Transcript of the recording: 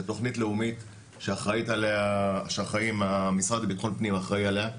זו תכנית לאומית שהמשרד לביטחון פנים אחראי עליה,